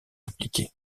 impliqué